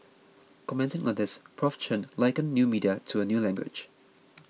commenting on this Prof Chen likened new media to a new language